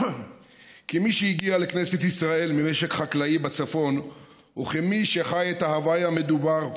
כמי שהגיע לכנסת ישראל ממשק חקלאי בצפון וכמי שחי את ההווי המדובר,